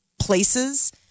places